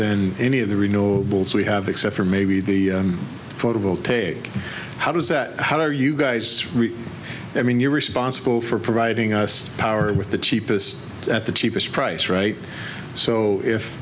than any of the reno bills we have except for maybe the photo vote how does that how are you guys i mean you're responsible for providing us power with the cheapest at the cheapest price right so if